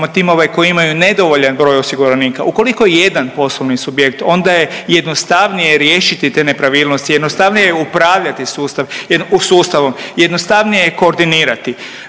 timove koji imaju nedovoljan broj osiguranika. Ukoliko je jedan poslovni subjekt onda je jednostavnije riješiti te nepravilnosti, jednostavnije je upravljati sustavom, jednostavnije je koordinirati.